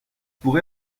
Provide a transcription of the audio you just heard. pour